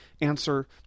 answer